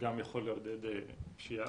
גם יכול לעודד פשיעה.